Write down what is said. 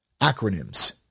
Acronyms